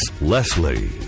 Leslie